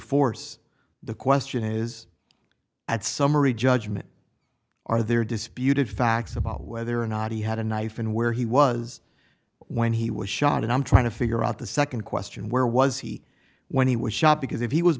force the question is at summary judgment are there disputed facts about whether or not he had a knife and where he was when he was shot and i'm trying to figure out the second question where was he when he was shot because if he was